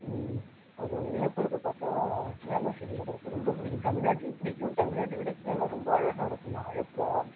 அது ஒன்று நிலப்பரப்பு பார்த்தா கேரளா சைடு நிலப்பரப்பு ரொம்ப பிடிக்கும் தமிழ்நாட்லேயும் பிடிக்கும் தமிழ்நாட்டை விட கேரளா ரொம்ப அழகாக இருக்கும் இந்த ஆலப்புழா